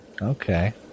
Okay